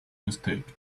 mistake